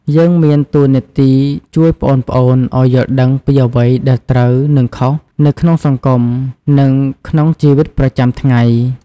យើងមានតួនាទីជួយប្អូនៗឲ្យយល់ដឹងពីអ្វីដែលត្រូវ និងខុស នៅក្នុងសង្គម និងក្នុងជីវិតប្រចាំថ្ងៃ។